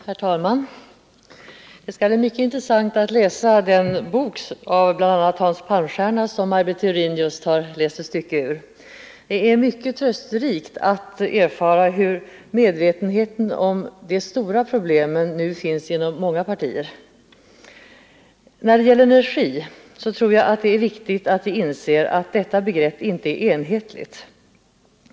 Herr talman! Det skall bli mycket intressant att läsa den bok av bl.a. Hans Palmstierna som Maj Britt Theorin just läste upp ett stycke ur. Det är trösterikt att erfara att det nu inom många partier finns en medvetenhet om de stora problemen. När det gäller energin tror jag att det är viktigt att inse att detta begrepp inte är enhetligt.